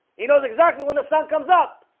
he knows exactly when the sun comes up